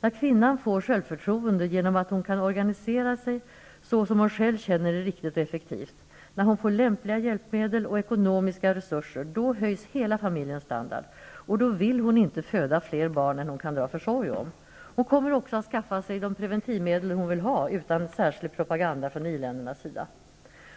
När kvinnan får självförtroende genom att hon kan organisera sig så som hon själv känner är riktigt och effektivt, när hon får lämpliga hjälpmedel och ekonomiska resurser, då höjs hela familjens standard, och då vill hon inte föda fler barn än hon kan dra försorg om. Hon kommer också att skaffa sig de preventivmedel hon vill ha, utan särskild propaganda från i-ländernas sida.